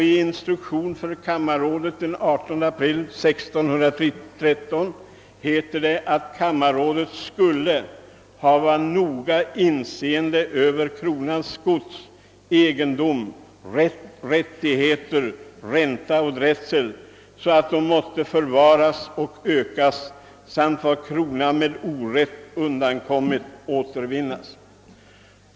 I instruktion för kammarrådet den 18 april 1613 heter det att kammarrådet skulle »hafva noga inseende öfver Kronans gods, egendom, rätt, rättigheter, ränta och drätsel, så att de måtte förvaras och ökas, samt hvad Kronan med orätt undankommit återvinnas».